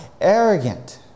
arrogant